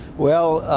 well,